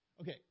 okay